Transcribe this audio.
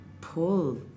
pull